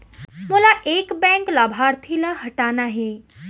मोला एक बैंक लाभार्थी ल हटाना हे?